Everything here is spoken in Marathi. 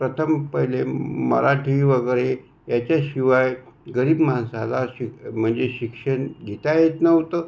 प्रथम पहिले मराठी वगैरे याच्याशिवाय गरीब माणसाला शिक् म्हणजे शिक्षण घेता येत नव्हतं